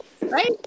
Right